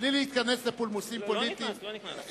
בלי להיכנס לפולמוסים פוליטיים.